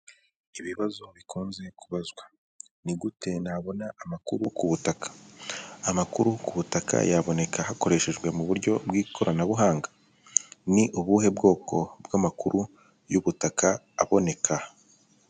Ibibazo bikunze kubazwa, ni gute nabona amakuru ku butaka? Amakuru ku butaka yaboneka hakoreshejwe mu buryo bw'ikoranabuhanga? Ni ubuhe bwoko bw'amakuru y'ubutaka aboneka?